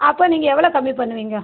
அப்போ நீங்கள் எவ்வளோ கம்மி பண்ணுவீங்க